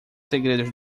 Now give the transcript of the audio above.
segredos